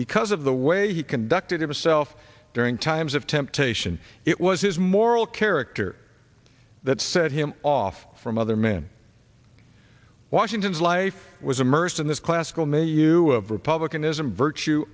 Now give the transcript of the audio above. because of the way he conducted himself during times of temptation it was his moral character that set him off from other men washington's life was immersed in this classical may you of republicanism virtue